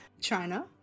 China